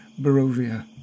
Barovia